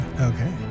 okay